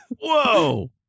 Whoa